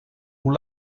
hoe